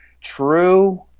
true